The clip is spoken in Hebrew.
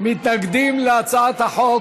להצעת החוק